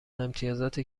امتیازات